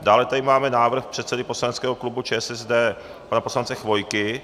Dále tady máme návrh předsedy poslaneckého klubu ČSSD pana poslance Chvojky.